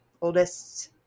oldest